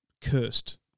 cursed